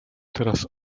teraz